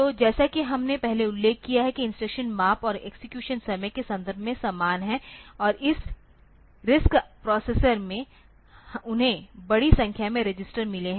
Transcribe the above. तो जैसा कि हमने पहले उल्लेख किया है कि इंस्ट्रक्शन माप और एक्सेक्यूशन समय के संदर्भ में समान हैं और इस RISC प्रोसेसर में उन्हें बड़ी संख्या में रजिस्टर मिले हैं